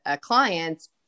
clients